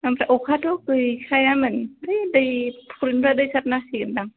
ओमफ्राय अखाथ' गैखायामोन ओमफ्राय दै फुख्रिनिफ्राय दै सारनानै होसिगोन दां